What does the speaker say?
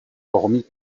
hormis